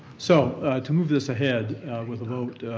so to move this ahead with a vote,